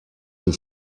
too